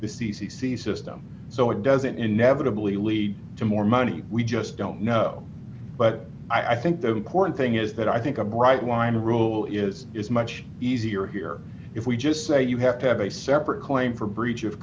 c c c system so it doesn't inevitably lead to more money we just don't know but i think the important thing is that i think a bright line rule is it's much easier here if we just say you have to have a separate claim for breach of